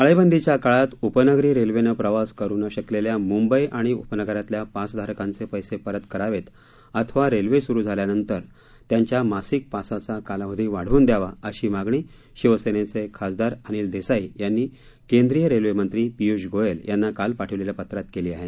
टाळेबंदीच्या काळात उपनगरी रेल्वेनं प्रवास करू न शकलेल्या मुंबई आणि उपनगरातल्या पासधारकांचे पैसे परत करावेत अथवा रेल्वे सुरु झाल्यानंतर त्यांच्या मासिक पासाचा कालावधी वाढवून द्यावा अशी मागणी शिवसेनेचे खासदार अनिल देसाई यांनी केंद्रीय रेल्वे मंत्री पियुष गोयल यांना काल पाठवलेल्या पत्रात केली आहे